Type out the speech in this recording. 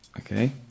okay